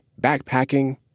backpacking